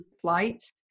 flights